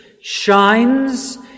shines